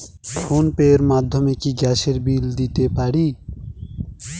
Phone pay র মাধ্যমে কি গ্যাসের বিল দিতে পারি?